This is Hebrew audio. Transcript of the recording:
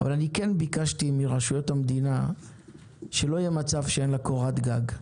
אבל אני כן ביקשתי מרשויות המדינה שלא יהיה מצב שאין לה קורת גג,